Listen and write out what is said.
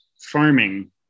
farming